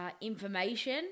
Information